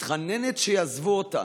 מתחננת שיעזבו אותה,